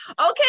Okay